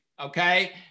okay